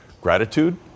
gratitude